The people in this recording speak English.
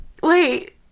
Wait